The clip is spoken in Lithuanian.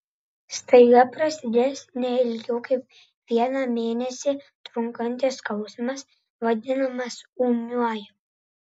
staiga prasidėjęs ne ilgiau kaip vieną mėnesį trunkantis skausmas vadinamas ūmiuoju